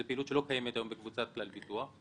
שזאת פעילות שלא קיימת היום בקבוצת כלל ביטוח.